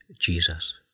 Jesus